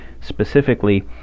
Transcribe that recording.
specifically